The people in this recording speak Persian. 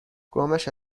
قومش